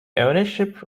ownership